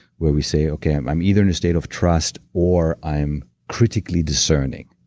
where we say, okay, i'm i'm either in a state of trust, or i'm critically discerning.